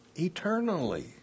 Eternally